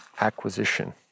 acquisition